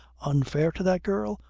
unfair to that girl?